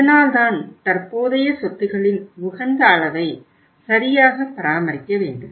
இதனால் தான் தற்போதைய சொத்துகளின் உகந்த அளவை சரியாக பராமரிக்க வேண்டும்